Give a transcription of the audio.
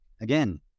again